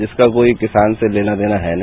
इसका कोई किसान ले लेना देना है नहीं